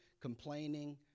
complaining